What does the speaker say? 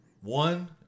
One